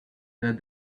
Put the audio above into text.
that